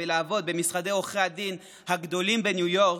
ולעבוד במשרדי עורכי הדין הגדולים בניו יורק,